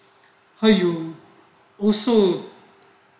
how you also